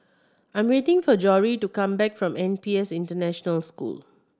I'm waiting for Jory to come back from N P S International School